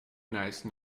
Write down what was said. nice